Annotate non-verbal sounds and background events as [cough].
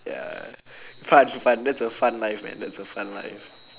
ya [breath] fun fun that's a fun life man that's a fun life